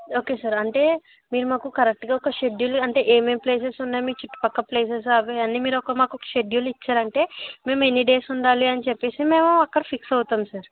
okay sir అంటే మీరు మాకు కరెక్ట్గా ఒక షెడ్యూల్ అంటే ఏమేం ప్లేసెస్ ఉన్నాయో మీ చుట్టుపక్క ప్లేసెస్ అవన్నీ మీరు మాకు ఒక షెడ్యూల్ ఇచ్చారు అంటే మేము ఎన్ని డేస్ ఉండాలి అని చెప్పేసి మేము అక్కడ ఫిక్స్ అవుతాం సార్